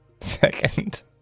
second